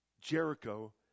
Jericho